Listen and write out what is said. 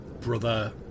brother